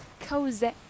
cozy